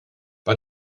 bei